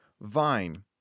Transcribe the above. vine